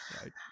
Right